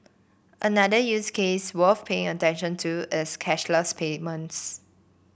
another use case worth paying attention to is cashless payments